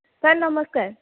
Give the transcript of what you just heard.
sir ନମସ୍କାର